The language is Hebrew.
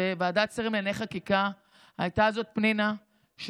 בוועדת השרים לענייני חקיקה פנינה היא